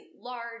large